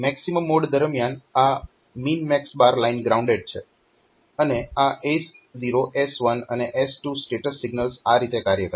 maximum mode દરમિયાન આ MNMX line grounded છે અને આ S0 S1 અને S2 સ્ટેટસ સિગ્નલ્સ આ રીતે કાર્ય કરે છે